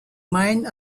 mines